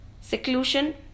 seclusion